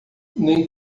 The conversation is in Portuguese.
nem